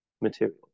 material